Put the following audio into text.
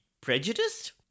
prejudiced